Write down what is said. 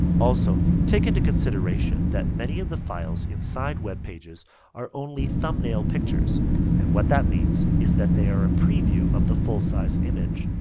also take into consideration that many of the files inside web pages are only thumbnail pictures and what that means is that they are ah preview of the full size image.